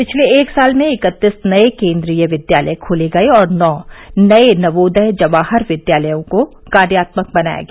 पिछले एक साल में इकत्तीस नये केन्द्रीय विद्यालय खोले गए और नौ नये नवोदय जवाहर विद्यालय को कार्यात्मक बनाया गया